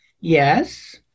Yes